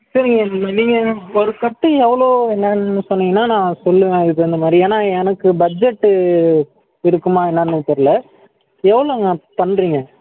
சரிங்க ம் நீங்கள் ஒரு கட்டு எவ்வளோ என்னென்னு சொன்னீங்கன்னால் நான் சொல்லுவேன் அதுக்குத் தகுந்த மாதிரி ஏன்னால் எனக்கு பட்ஜட்டு இருக்குமா என்னென்னு தெரில எவ்வளோங்க பண்ணுறீங்க